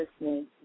listening